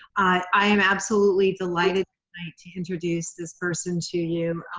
i am absolutely delighted to introduce this person to you.